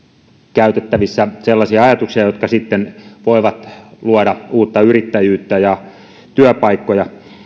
käytettävissä sellaisia ajatuksia jotka sitten voivat luoda uutta yrittäjyyttä ja työpaikkoja